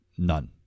None